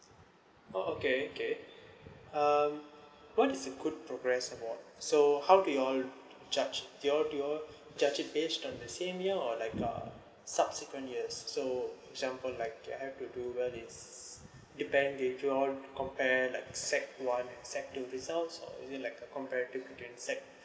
oh okay okay um what is a good progress awards so how do y'all judge do y'all do y'all judge it based on the same year or like uh subsequent years so example like it have to do well is depend in do y'all compare like sec one and sec two results or is it like a comparative between sec